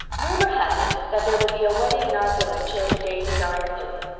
rumor has it that there will be a wedding in our village ere the daisies are in bloom.